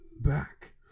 back